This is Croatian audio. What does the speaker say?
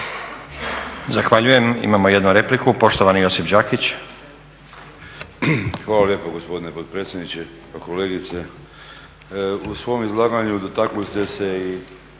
Zahvaljujem. Imamo jednu repliku, poštovani Josip Đakić. **Đakić, Josip (HDZ)** Hvala lijepo gospodine potpredsjedniče. Kolegice, u svom izlaganju dotakli ste se i